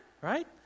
right